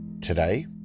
today